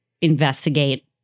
investigate